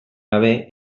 gabe